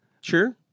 sure